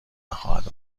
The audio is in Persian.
نخواهد